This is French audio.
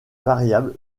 variable